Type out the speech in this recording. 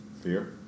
Fear